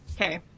Okay